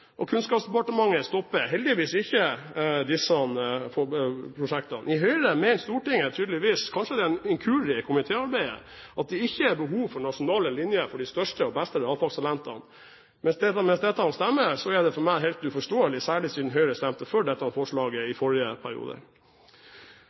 og Kunnskapsdepartementet stopper heldigvis ikke disse prosjektene. I Stortinget mener Høyre tydeligvis – kanskje det er en inkurie i komitéarbeidet – at det ikke er behov for nasjonale linjer for de største og beste realfagstalentene. Hvis dette stemmer, er det for meg helt uforståelig, særlig siden Høyre stemte for dette forslaget i